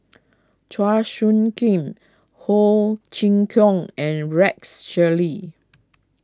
Chua Soo Khim Ho Chee Kong and Rex Shelley